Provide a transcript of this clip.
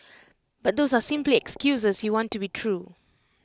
but those are simply excuses you want to be true